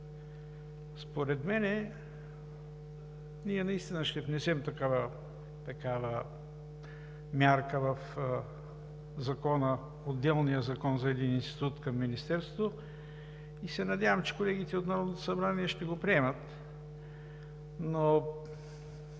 Според мен, ние наистина ще внесем такава мярка в отделния закон за един институт към Министерството. Надявам се, че колегите от Народното събрание ще го приемат.